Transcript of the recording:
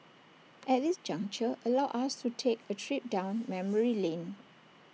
at this juncture allow us to take A trip down memory lane